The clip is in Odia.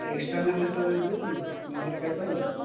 ଏକ୍ସଟରନାଲ ଷ୍ଟୋରେଜ ଦେଉଛି ମେମୋରୀ କାର୍ଡ଼ ପାଇଁ